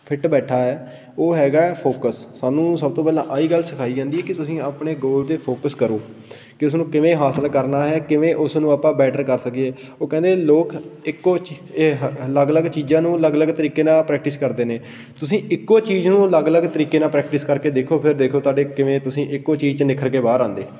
fit ਬੈਠਾ ਹੈ ਉਹ ਹੈਗਾ ਹੈ ਫੋਕਸ ਸਾਨੂੰ ਸਭ ਤੋਂ ਪਹਿਲਾਂ ਆਹੀ ਗੱਲ ਸਿਖਾਈ ਜਾਂਦੀ ਹੈ ਕਿ ਤੁਸੀਂ ਆਪਣੇ ਗੋਲ 'ਤੇ ਫੋਕਸ ਕਰੋ ਕਿ ਉਸਨੂੰ ਕਿਵੇਂ ਹਾਸਲ ਕਰਨਾ ਹੈ ਕਿਵੇਂ ਉਸਨੂੰ ਆਪਾਂ ਬੈਟਰ ਕਰ ਸਕੀਏ ਉਹ ਕਹਿੰਦੇ ਲੋਕ ਇੱਕੋ ਚੀ ਇਹ ਹ ਅਲੱਗ ਅਲੱਗ ਚੀਜ਼ਾਂ ਨੂੰ ਅਲੱਗ ਅਲੱਗ ਤਰੀਕੇ ਨਾਲ ਪ੍ਰੈਕਟਿਸ ਕਰਦੇ ਨੇ ਤੁਸੀਂ ਇੱਕੋ ਚੀਜ਼ ਨੂੰ ਅਲੱਗ ਅਲੱਗ ਤਰੀਕੇ ਨਾਲ ਪ੍ਰੈਕਟਿਸ ਕਰਕੇ ਦੇਖੋ ਫੇਰ ਦੇਖੋ ਤੁਹਾਡੇ ਕਿਵੇਂ ਤੁਸੀਂ ਇੱਕੋ ਚੀਜ਼ 'ਚ ਨਿੱਖਰ ਕੇ ਬਾਹਰ ਆਉਂਦੇ